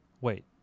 wait